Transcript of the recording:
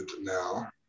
now